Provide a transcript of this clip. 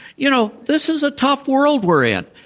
you know, this is a tough world we're in.